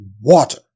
water